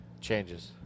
Changes